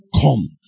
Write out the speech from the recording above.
come